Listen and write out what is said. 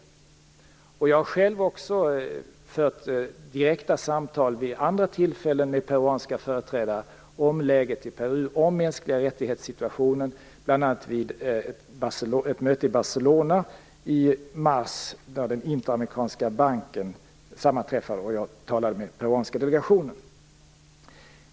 Jag har också själv vid andra tillfällen fört direkta samtal med peruanska företrädare om läget i Peru och om situationen vad gäller de mänskliga rättigheterna, bl.a. vid ett möte i Barcelona i mars där den interamerikanska banken sammanträffade. Jag talade med den peruanska delegationen där.